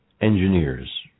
engineers